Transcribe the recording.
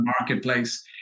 marketplace